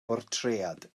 bortread